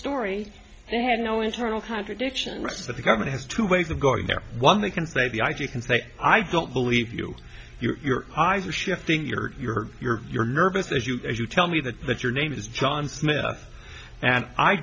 story they had no internal contradiction but the government has two ways of going there one they can play the i can say i don't believe you your eyes are shifting you're you're you're you're nervous as you as you tell me that that your name is john smith and i